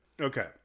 Okay